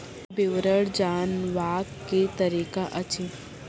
विवरण जानवाक की तरीका अछि?